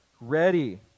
ready